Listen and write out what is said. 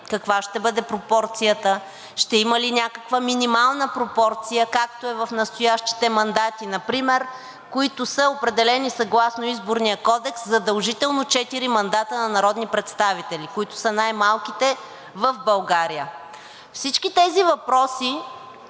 Каква ще бъде пропорцията? Ще има ли някаква минимална пропорция, както е в настоящите мандати, например, които са определени съгласно Изборния кодекс, задължително четири мандата на народни представители, които са най-малките в България. Всички тези въпроси